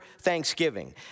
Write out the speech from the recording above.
Thanksgiving